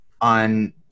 on